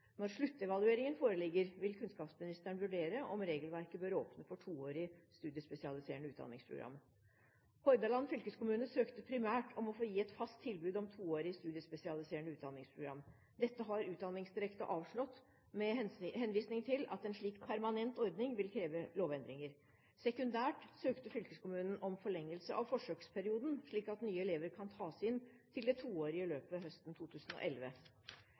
Når sluttevalueringen foreligger, vil kunnskapsministeren vurdere om regelverket bør åpne for toårig studiespesialiserende utdanningsprogram. Hordaland fylkeskommune søkte primært om å få gi et fast tilbud om toårig studiespesialiserende utdanningsprogram. Dette har Utdanningsdirektoratet avslått med henvisning til at en slik permanent ordning vil kreve lovendringer. Sekundært søkte fylkeskommunen om forlengelse av forsøksperioden, slik at nye elever kan tas inn til det toårige løpet høsten 2011.